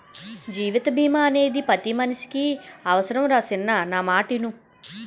జీవిత బీమా అనేది పతి మనిసికి అవుసరంరా సిన్నా నా మాటిను